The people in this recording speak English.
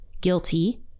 guilty